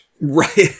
Right